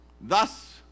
Thus